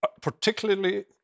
particularly